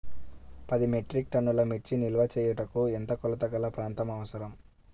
పది మెట్రిక్ టన్నుల మిర్చి నిల్వ చేయుటకు ఎంత కోలతగల ప్రాంతం అవసరం?